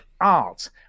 Art